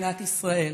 במדינת ישראל,